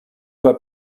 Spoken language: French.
pas